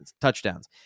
touchdowns